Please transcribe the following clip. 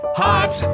hot